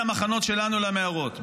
"מן המחנות שלנו למערות,